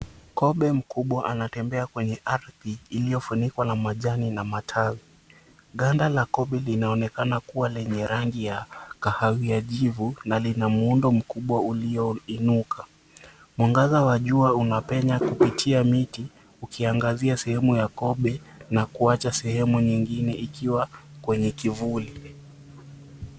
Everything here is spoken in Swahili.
Kobe mkubwa anatembea kwenye ardhi iliyofunikwa na majani na matawi. Ganda la kobe linaonekana kuwa lenye rangi ya kahawia jivu na lina muundo mkubwa ulioinuka. Mwangaza wa jua unapenya kupitia miti ukiangazia sehemu ya kobe ukiacha sehemu nyingine kivuli.